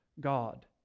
God